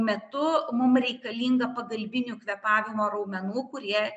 metu mum reikalinga pagalbinių kvėpavimo raumenų kurie